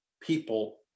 people